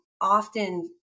often